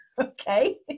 okay